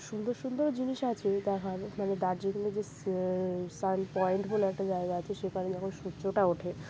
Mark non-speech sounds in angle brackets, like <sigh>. সুন্দর সুন্দর জিনিস আছে <unintelligible> মানে দার্জিলিংয়ে যে সান পয়েন্ট বলে একটা জায়গা আছে সেখানে যখন সূর্যটা ওঠে